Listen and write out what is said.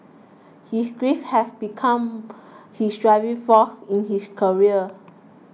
his grief had become his driving force in his career